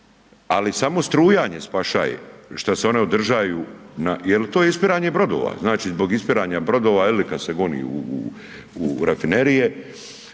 ali samo strujanje spašaje šta se one održaju na, jel to je ispiranje brodova. Znači zbog ispiranja brodova jeli kad se goni u rafinerije